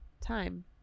time